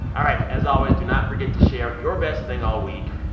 all right. as always, do not forget to share your best thing all week.